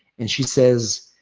and she says,